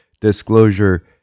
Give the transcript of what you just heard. disclosure